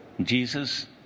Jesus